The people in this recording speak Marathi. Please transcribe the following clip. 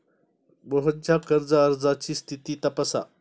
मोहनच्या कर्ज अर्जाची स्थिती तपासा